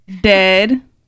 dead